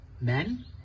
Men